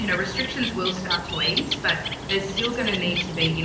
you know restrictions will start to ease but there's still going to need to be, you know,